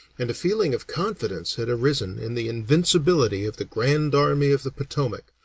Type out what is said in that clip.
and a feeling of confidence had arisen in the invincibility of the grand army of the potomac,